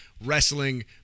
wrestling